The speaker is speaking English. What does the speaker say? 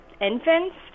infants